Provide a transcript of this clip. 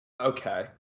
Okay